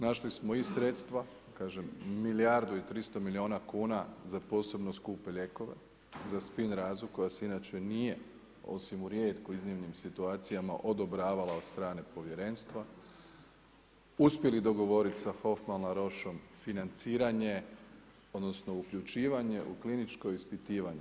Našli smo i sredstva, kažem milijardu i 300 milijuna kuna za posebno skupe lijekove, za spinrazu koja se inače nije osim u rijetko iznimnim situacijama odobravala od strane povjerenstva uspjeli dogovoriti sa ... financiranje odnosno uključivanje u kliničko ispitivanje.